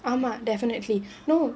ஆமா:aamaa definitely no